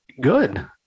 good